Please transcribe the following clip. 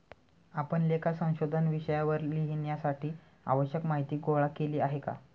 आपण लेखा संशोधन विषयावर लिहिण्यासाठी आवश्यक माहीती गोळा केली आहे का?